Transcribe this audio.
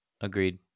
agreed